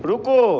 रुको